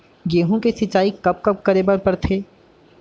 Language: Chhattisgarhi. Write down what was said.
गेहूँ के सिंचाई कब कब करे बर पड़थे?